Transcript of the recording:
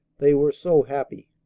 they were so happy.